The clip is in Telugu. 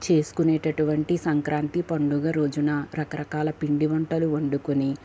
చేసుకునేటటువంటి సంక్రాంతి పండుగ రోజున రకరకాలు పిండివంటలు వండుకొని